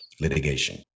litigation